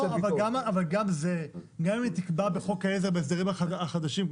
גם אם היא תקבע בחוק העזר בהסדרים החדשים,